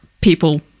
people